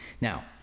Now